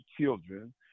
children